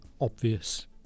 obvious